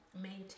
maintain